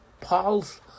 Paul's